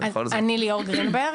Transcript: ליאור גרינברג,